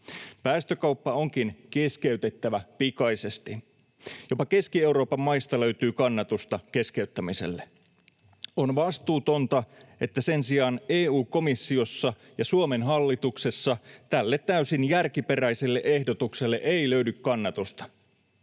Päästökauppa onkin keskeytettävä pikaisesti. Jopa Keski-Euroopan maista löytyy kannatusta keskeyttämiselle. On vastuutonta, että sen sijaan EU-komissiossa ja Suomen hallituksessa tälle täysin järkiperäiselle ehdotukselle ei löydy kannatusta.